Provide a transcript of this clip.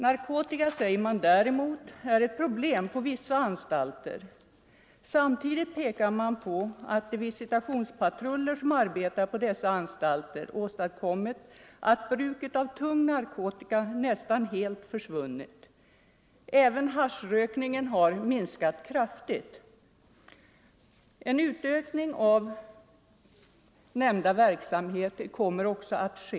Narkotika, säger man däremot, är ett problem på vissa anstalter. Samtidigt pekar man på att de = Alkoholoch visitationspatruller som arbetar på dessa anstalter har åstadkommit att — narkotikamissbrubruket av tung narkotika nästan helt försvunnit. Även haschrökningen = ket inom kriminalhar minskat kraftigt. En utökning av nämnda patrullverksamhet kommer = vårdens anstalter, att ske.